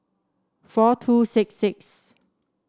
four two six six